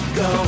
go